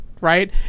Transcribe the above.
Right